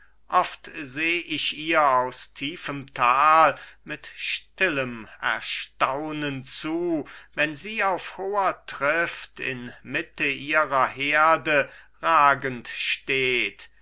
oft seh ich ihr aus tiefem tal mit stillem erstaunen zu wenn sie auf hoher trift in mitte ihrer herde ragend steht